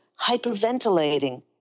hyperventilating